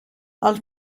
els